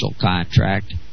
contract